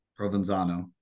Provenzano